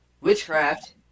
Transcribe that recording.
Witchcraft